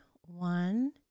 One